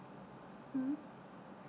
mm